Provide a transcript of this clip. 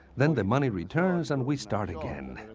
then the money returns and we start again.